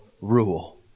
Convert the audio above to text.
rule